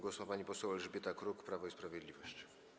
Głos ma pani poseł Elżbieta Kruk, Prawo i Sprawiedliwość.